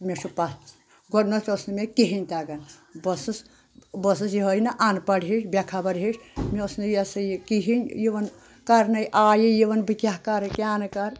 مےٚ چھُ پتھ گۄڈنٮ۪تھ اوس نہٕ مےٚ کِہیٖنۍ تَگان بہٕ ٲسٕس بہٕ ٲسٕس یِہوے نہٕ اَنپَڑ ہِش بےٚ خبَر ہِش مےٚ اوس نہٕ یہِ ہسا یہِ کِہیٖنۍ یِوان کرنَے آیی یِوان بہٕ کیاہ کرٕ کیاہ نہٕ کرٕ